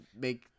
make